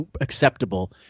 acceptable